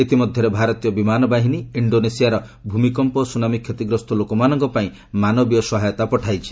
ଇତିମଧ୍ୟରେ ଭାରତୀୟ ବିମାନବାହିନୀ ଇଣ୍ଡୋନେସିଆର ଭୂମିକମ୍ପ ଓ ସୁନାମୀ କ୍ଷତିଗ୍ରସ୍ତ ଲୋକମାନଙ୍କ ପାଇଁ ମାନବୀୟ ସହାୟତା ପଠାଇଛି